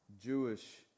Jewish